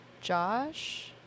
Josh